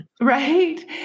Right